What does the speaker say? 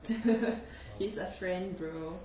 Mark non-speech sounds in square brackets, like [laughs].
[laughs] he's a friend bro